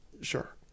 Sure